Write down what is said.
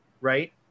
right